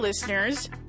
Listeners